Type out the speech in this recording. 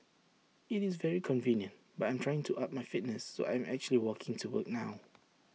IT is very convenient but I'm trying to up my fitness so I'm actually walking to work now